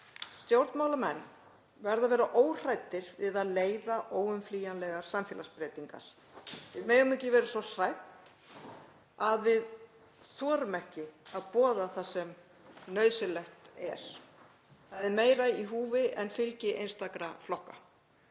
Stjórnmálamenn verða að vera óhræddir við að leiða óumflýjanlegar samfélagsbreytingar. Við megum ekki vera svo hrædd að við þorum ekki að boða það sem nauðsynlegt er. Það er meira í húfi en fylgi einstakra flokka.